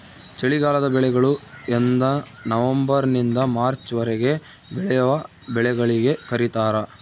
ಚಳಿಗಾಲದ ಬೆಳೆಗಳು ಎಂದನವಂಬರ್ ನಿಂದ ಮಾರ್ಚ್ ವರೆಗೆ ಬೆಳೆವ ಬೆಳೆಗಳಿಗೆ ಕರೀತಾರ